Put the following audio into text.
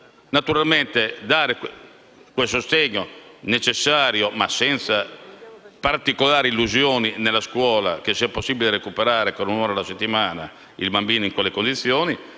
naturalmente consentire il sostegno necessario, senza però dare particolari illusioni che nella scuola sia possibile recuperare con un'ora alla settimana il bambino in quelle condizioni.